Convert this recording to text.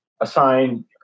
assign